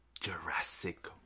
Jurassic